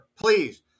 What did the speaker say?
please